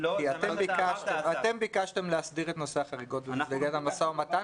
כי אתם ביקשתם להסדיר את נושא החריגות במסגרת המשא-ומתן,